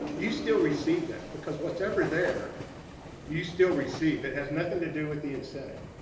you still receive that. because whatever's there you still receive. it has nothing to do with the incentive.